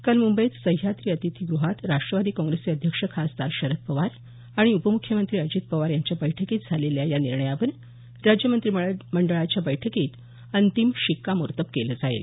काल मुंबईत सह्याद्री अतिथीग्रहात राष्ट्रवादी काँग्रेसचे अध्यक्ष खासदार शरद पवार आणि उपम्ख्यमंत्री अजित पवार यांच्या बैठकीत झालेल्या या निर्णयावर राज्य मंत्रिमंडळाच्या बैठकीत अंतिम शिक्कामोर्तब केलं जाईल